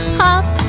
hop